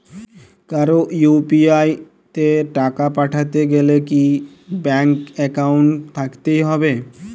কারো ইউ.পি.আই তে টাকা পাঠাতে গেলে কি ব্যাংক একাউন্ট থাকতেই হবে?